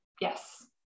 yes